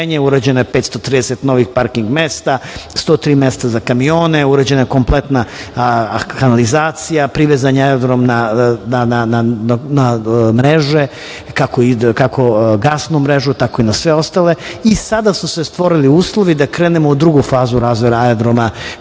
Urađeno je 530 novih parking mesta, 103 mesta za kamione, urađena je kompletna kanalizacija, privezan je aerodrom na mreže, kako gasnu, tako i na sve ostale i sada su se stvorili uslovi da krenemo u drugu fazu razvoja aerodroma